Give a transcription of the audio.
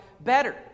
better